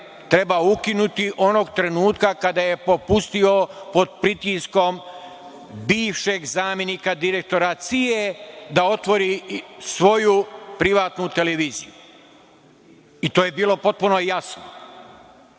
treba ukinuti onog trenutka kada je popustio pod pritiskom bivšeg zamenika direktora CIA da otvori svoju privatnu televiziju i to je bilo potpuno jasno. Pored